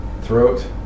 Throat